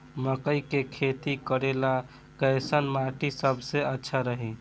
मकई के खेती करेला कैसन माटी सबसे अच्छा रही?